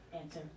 answer